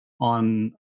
on